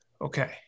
Okay